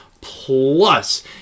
plus